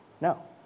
No